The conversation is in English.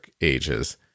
ages